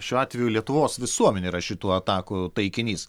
šiuo atveju lietuvos visuomenė yra šitų atakų taikinys